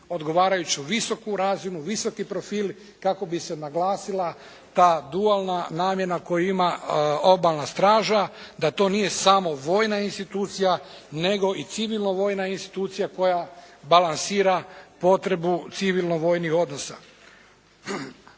odgovarajuću visoku razinu, visoki profil kako bi se naglasila ta dualna namjena koju ima Obalna straža, da to nije samo vojna institucija nego i civilno-vojna institucija koja balansira potrebu civilno-vojnih odnosa.